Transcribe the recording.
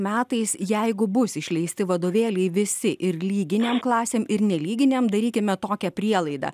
metais jeigu bus išleisti vadovėliai visi ir lyginėm klasėm ir nelyginėm darykime tokią prielaidą